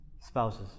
spouses